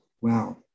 wow